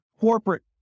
corporate